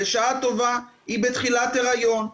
בשעה טובה היא בתחילת הריון,